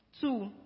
Two